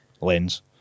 lens